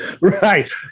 Right